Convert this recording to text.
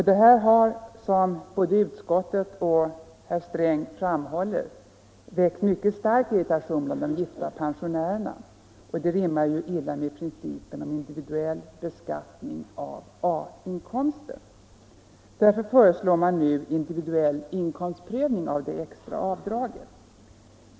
Detta har — som både utskottet och herr Sträng framhåller — väckt stark irritation bland de gifta pensionärerna, och det rimmar ju illa med principen om individuell beskattning av A-inkomster. Därför föreslås nu individuell inkomstprövning av det extra avdraget.